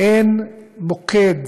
אין מוקד